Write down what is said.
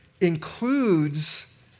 includes